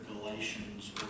Galatians